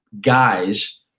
guys